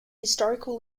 historical